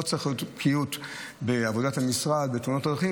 לא צריכה להיות בקיאות בעבודת המשרד ובתאונות דרכים,